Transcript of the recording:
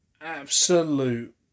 Absolute